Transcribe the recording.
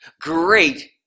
great